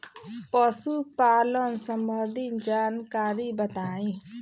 पशुपालन सबंधी जानकारी बताई?